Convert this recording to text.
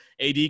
AD